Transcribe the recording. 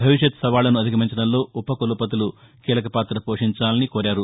భవిష్యత్ సవాళ్లను అధిగమించడంలో ఉప కులపతులు కీలక పాత పోషించాలని కోరారు